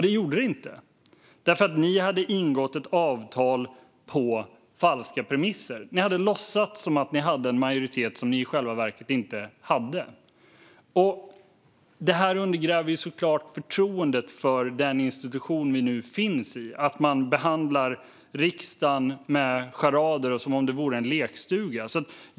Det gjorde det inte, för ni hade ingått ett avtal på falska premisser. Ni hade låtsats som att ni hade en majoritet som ni i själva verket inte hade. Att man behandlar riksdagen med charader, som om det vore en lekstuga, undergräver såklart förtroendet för den institution vi nu finns i.